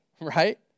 right